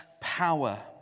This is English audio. power